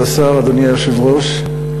אדוני היושב-ראש,